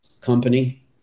company